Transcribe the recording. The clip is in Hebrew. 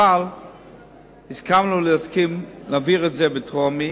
אבל הסכמנו להסכים להעביר את זה בטרומי,